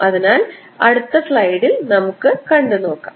അതിനാൽ അടുത്ത സ്ലൈഡിൽ നമുക്ക് വീണ്ടും നോക്കാം